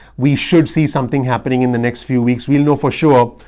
we should see something happening in the next few weeks. we'll know for sure,